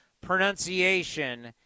pronunciation